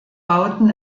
bauten